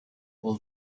all